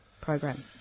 Program